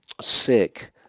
sick